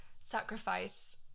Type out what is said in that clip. sacrifice